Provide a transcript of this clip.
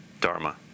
Dharma